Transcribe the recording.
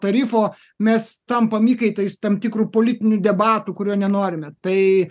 tarifo mes tampam įkaitais tam tikrų politinių debatų kurio nenorime tai